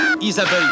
Isabelle